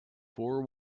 fore